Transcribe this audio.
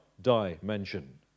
dimension